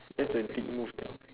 that's a dick move man